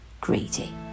greedy